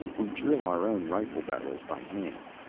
we drill our own rifle barrels by hand,